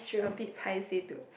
a bit paiseh to